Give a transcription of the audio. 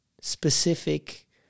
specific